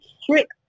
strict